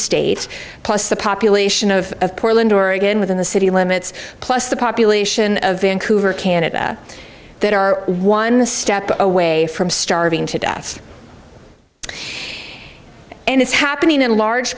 state plus the population of portland oregon within the city limits plus the population of vancouver canada that are one step away from starving to death and it's happening in large